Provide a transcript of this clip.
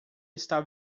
está